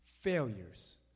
failures